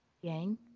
Yang